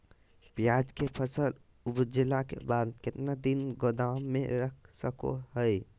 प्याज के फसल उपजला के बाद कितना दिन गोदाम में रख सको हय?